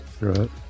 right